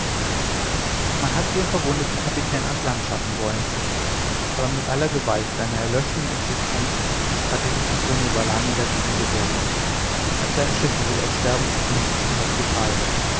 man hat den verwundeten kapitän ans land schaffen wollen aber mit aller gewalt einer erlöschenden existenz hat sich antonio valani dagegen gewehrt auf seinem schiff will er sterben nicht im hospital